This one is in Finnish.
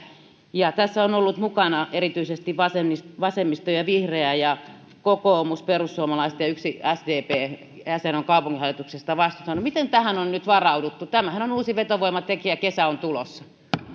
tässä ovat olleet mukana erityisesti vasemmisto vasemmisto ja vihreät kokoomus perussuomalaiset ja yksi sdpn jäsen ovat kaupunginhallituksessa vastustaneet miten tähän on nyt varauduttu tämähän on uusi vetovoimatekijä kesä on tulossa